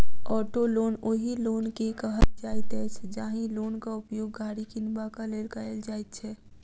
auto loan ओहि loan के कहल जाइत अछि, जाहि लोनक उपयोग गाड़ी किनबाक लेल कयल जाइत छै